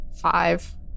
Five